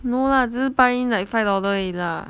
no lah 只是 buy in like five dollar 而已 lah